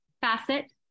facet